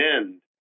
end